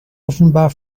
offenbar